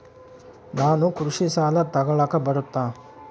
ನಾನು ಕೃಷಿ ಸಾಲ ತಗಳಕ ಬರುತ್ತಾ?